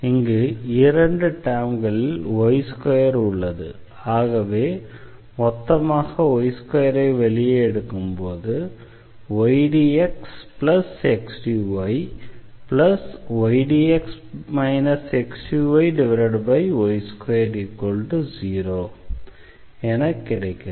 இங்கு இரண்டு டெர்ம்களில் y2 உள்ளது ஆகவே மொத்தமாக y2ஐ வெளியே எடுக்கும்போது ⟹ydxxdyydx xdyy20 என கிடைக்கிறது